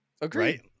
Agreed